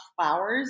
flowers